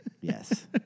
Yes